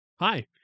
Hi